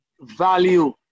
value